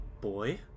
boy